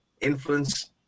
influence